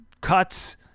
cuts